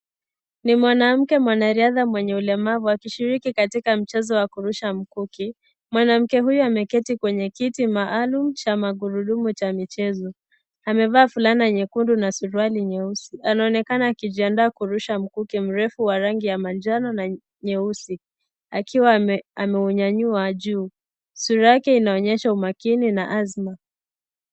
NI mwanamke mwanariadha mwenye ulemavu akishiriki mchezo wa kurusha mkuki. Mwanamke huyu ameketi kwenye kiti maalum cha magurudumu cha michezo, amevaa fulana nyekundu na suruali nyeusi. Anaonekana akijiandaa kurusha mkuki mrefu wa rangi ya manjano na nyeusi akiwa ameunyanyua juu. Sura yake inaonyesha umakini na azma.